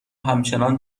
همچنان